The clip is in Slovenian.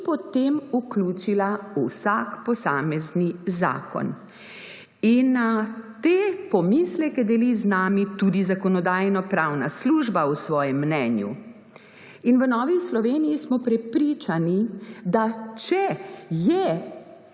in potem vključila v vsak posamezni zakon. In te pomisleke deli z nami tudi Zakonodajno-pravna služba v svojem mnenju. V Novi Sloveniji smo prepričani, da če je